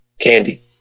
Candy